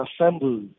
assembled